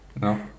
No